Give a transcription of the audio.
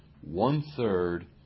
one-third